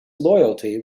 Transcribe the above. loyalty